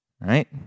Right